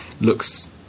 looks